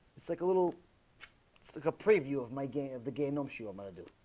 it's like a little sticker preview of my game of the game, i'm sure i'm gonna do